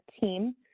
team